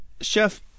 Chef